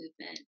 movement